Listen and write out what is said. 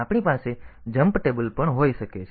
તેથી આપણી પાસે જમ્પ ટેબલ પણ હોઈ શકે છે